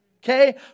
okay